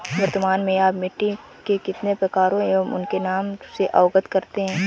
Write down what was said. वर्तमान में आप मिट्टी के कितने प्रकारों एवं उनके नाम से अवगत हैं?